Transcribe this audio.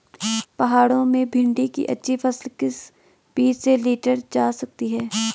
पहाड़ों में भिन्डी की अच्छी फसल किस बीज से लीटर जा सकती है?